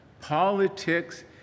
Politics